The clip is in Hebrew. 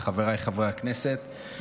חבריי חברי הכנסת,